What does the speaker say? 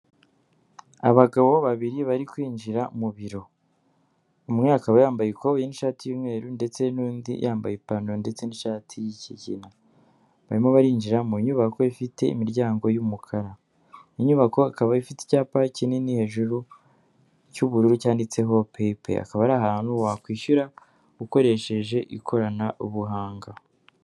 Abagabo babiri bari kwinjira mu biro, umwe akaba yambaye ikoboyi n'ishati y'umweru ndetse n'undi yambaye ipantaro ndetse n'ishati y'ikigina, barimo barinjira mu nyubako ifite imiryango y'umukara. Iyi nyubako ikaba ifite icyapa kinini hejuru cy'ubururu cyanditseho peyi peyi, akaba ari ahantu wakwishyura ukoresheje ikorana ubuhanga.